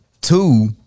Two